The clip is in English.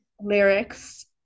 lyrics